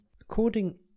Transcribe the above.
According